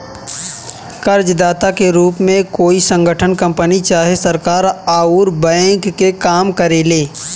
कर्जदाता के रूप में कोई संगठन, कंपनी चाहे सरकार अउर बैंक के काम करेले